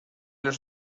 los